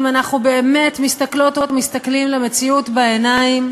אם אנחנו באמת מסתכלות ומסתכלים למציאות בעיניים,